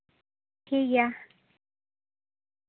ᱴᱷᱤᱠ ᱜᱮᱭᱟ